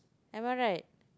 am I right